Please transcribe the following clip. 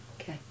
Okay